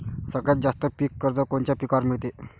सगळ्यात जास्त पीक कर्ज कोनच्या पिकावर मिळते?